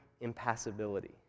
impassibility